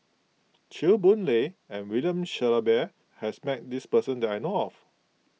Chew Boon Lay and William Shellabear has met this person that I know of